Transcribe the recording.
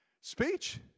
Speech